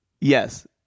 Yes